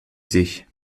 sich